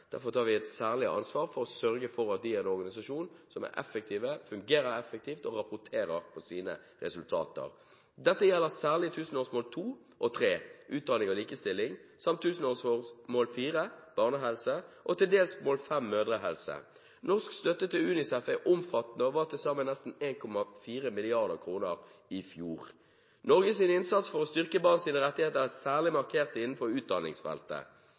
Derfor tar vi et særlig ansvar for å sørge for at dette er en organisasjon som fungerer effektivt og rapporterer om sine resultater. Dette gjelder særlig tusenårsmål nr. 2 og 3, utdanning og likestilling, samt tusenårsmål nr. 4, barnehelse, og til dels tusenårsmål nr. 5, mødrehelse. Norsk støtte til UNICEF er omfattende og var på til sammen nesten 1,4 mrd. kr i fjor. Norges innsats for å styrke barns rettigheter er særlig markert innenfor utdanningsfeltet.